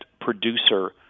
producer